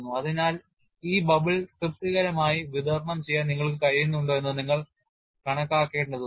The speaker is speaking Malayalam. അതിനാൽ ഈ ബബിൾ തൃപ്തികരമായി വിതരണം ചെയ്യാൻ നിങ്ങൾക്ക് കഴിയുന്നുണ്ടോ എന്ന് നിങ്ങൾ കണക്കാക്കേണ്ടതുണ്ട്